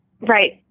right